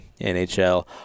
NHL